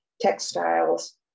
textiles